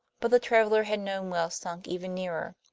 but the traveler had known wells sunk even nearer.